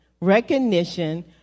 recognition